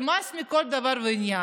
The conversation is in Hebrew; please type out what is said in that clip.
זה מס לכל דבר ועניין.